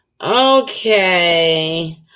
okay